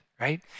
right